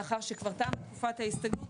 מאחר שכבר תמה תקופת ההסתגלות.